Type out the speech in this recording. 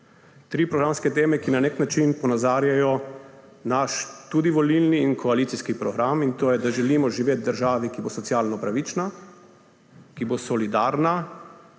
Tri programske teme, ki na nek način ponazarjajo tudi naš volilni in koalicijski program, in to je, da želimo živeti v državi, ki bo socialno pravična, ki bo solidarna